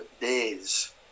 days